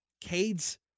Cade's